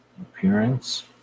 appearance